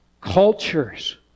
cultures